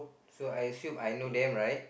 so I actually I know them right